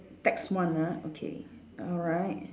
tax one ah okay alright